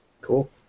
Cool